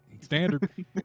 Standard